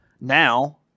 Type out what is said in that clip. Now